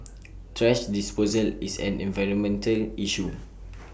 thrash disposal is an environmental issue